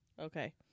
Okay